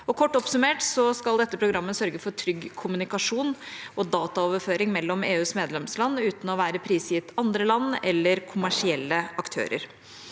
Kort oppsummert skal dette programmet sørge for trygg kommunikasjon og dataoverføring mellom EUs medlemsland uten å være prisgitt andre land eller kommersielle aktører.